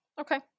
Okay